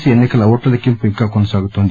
C ఎన్ని కల ఓట్ల లెక్కింపు ఇంకా కొనసాగుతోంది